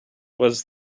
was